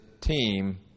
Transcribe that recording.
team